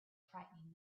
frightening